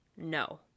no